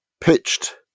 pitched